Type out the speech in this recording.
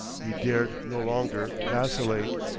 he dared no longer vacillate.